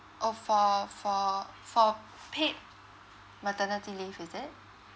oh for for for paid maternity leave is it